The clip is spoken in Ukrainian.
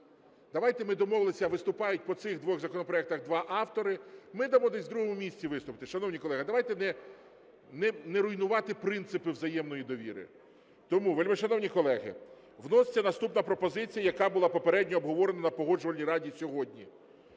Давайте, ми домовилися, виступають по цих двох законопроектах два автори. Ми дамо, десь в другому місці виступите. Шановні колеги, давайте не руйнувати принципи взаємної довіри. Тому, вельмишановні колеги, вноситься наступна пропозиція, яка була попередньо обговорена на Погоджувальній раді сьогодні.